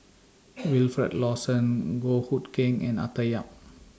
Wilfed Lawson Goh Hood Keng and Arthur Yap